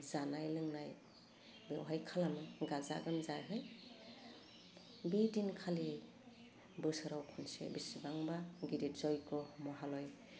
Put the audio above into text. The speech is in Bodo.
जानाय लोंनाय बेवहाय खालामो गाजा गोमजायै बे दिनखालि बोसोराव खनसे बेसेबांबा गिदिद जय्ग' महालय